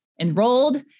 enrolled